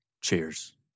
Cheers